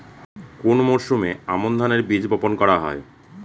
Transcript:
কোন মরশুমে আমন ধানের বীজ বপন করা হয়?